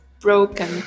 broken